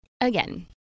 again